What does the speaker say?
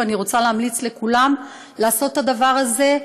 ואני רוצה להמליץ לכולם לעשות את הדבר הזה,